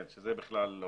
כן, שזה בכלל לא